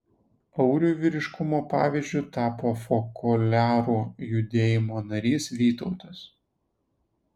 auriui vyriškumo pavyzdžiu tapo fokoliarų judėjimo narys vytautas